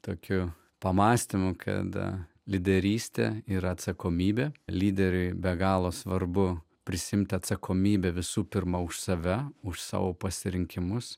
tokių pamąstymų kad ta lyderystė ir atsakomybė lyderiui be galo svarbu prisiimti atsakomybę visų pirma už save už savo pasirinkimus